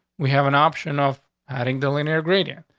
we have an option off adding the linear ingredient.